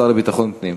השר לביטחון פנים.